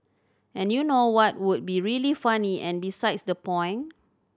and you know what would be really funny and besides the point